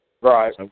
Right